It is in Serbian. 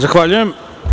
Zahvaljujem.